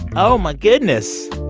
oh, my goodness.